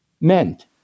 meant